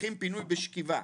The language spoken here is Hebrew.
שצריכים פינוי בשכיבה.